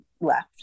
left